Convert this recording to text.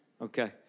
Okay